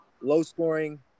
low-scoring